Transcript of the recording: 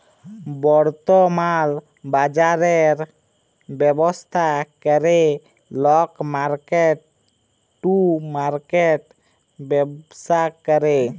বর্তমাল বাজরের ব্যবস্থা ক্যরে লক মার্কেট টু মার্কেট ব্যবসা ক্যরে